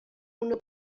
una